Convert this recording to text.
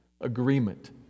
agreement